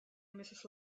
mrs